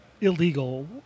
illegal